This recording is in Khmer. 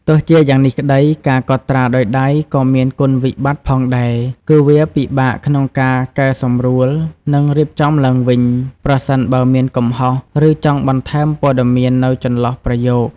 ទោះជាយ៉ាងនេះក្តី ការកត់ត្រាដោយដៃក៏មាន គុណវិបត្តិ ផងដែរ គឺវា ពិបាកក្នុងការកែសម្រួល និងរៀបចំឡើងវិញ ប្រសិនបើមានកំហុស ឬចង់បន្ថែមព័ត៌មាននៅចន្លោះប្រយោគ។